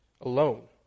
alone